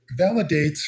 validates